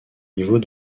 niveau